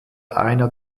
einer